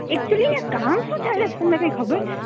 actually ને કામ શું છે એખબર કાઈ તમને